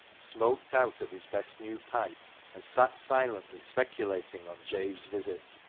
smoked out of his best new pipe and sat silently speculating on jabe's visit.